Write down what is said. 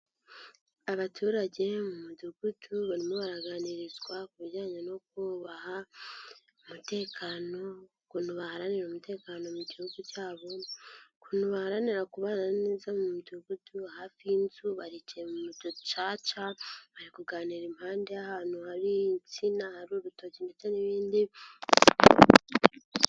Abaturage mu mudugudu barimo baraganirizwa ku bijyanye no kubaha umutekano, ukuntu baharanira umutekano mu gihugu cyabo, ukuntu baharanira kubana neza mu midugudu, hafi y'inzu, baricaye mu ducaca, bari kuganira impande y'ahantu hari insina, hari urutoki ndetse n'ibindi.